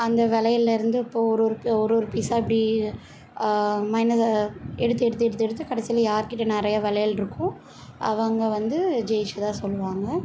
அந்த வளையல்லேருந்து இப்போது ஒரு ஒரு ஒரு ஒரு பீஸாக இப்படி எடுத்து எடுத்து எடுத்து எடுத்து கடைசியில் யாருக்கிட்டே நிறையா வளையலிருக்கோ அவங்க வந்து ஜெயிச்சதாக சொல்வாங்க